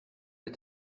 est